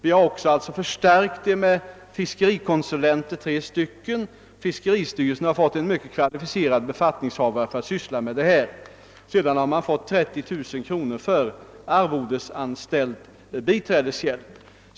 Vi har också förstärkt organisationen genom att tillsätta ytterligare tre fiskerikonsulenter, och fiskeristyrelsen har fått en mycket kvalificerad befattningshavare som skall ägna sig åt dessa frågor. Det har vidare beviljats 30 000 kronor till arvodesanställd biträdeshjälp.